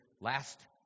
last